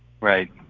Right